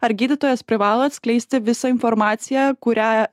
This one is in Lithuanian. ar gydytojas privalo atskleisti visą informaciją kurią